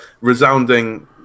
resounding